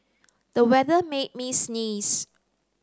the weather made me sneeze